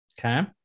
okay